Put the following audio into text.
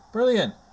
Brilliant